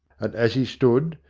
and as he stood,